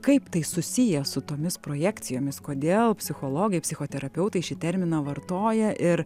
kaip tai susiję su tomis projekcijomis kodėl psichologai psichoterapeutai šį terminą vartoja ir